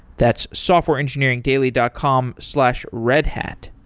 that's softwareengineeringdaily dot com slash redhat.